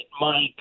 Mike